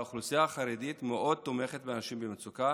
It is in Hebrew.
אבל האוכלוסייה החרדית מאוד תומכת באנשים במצוקה,